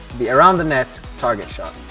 the around the net target shot.